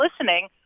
listening